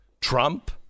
Trump